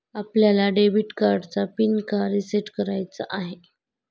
आपल्याला डेबिट कार्डचा पिन का रिसेट का करायचा आहे?